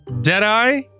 Deadeye